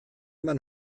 man